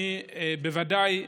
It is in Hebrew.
אני ודאי חושב,